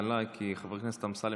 חבר הכנסת רוטמן,